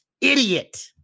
idiot